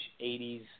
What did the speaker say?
80s